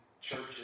churches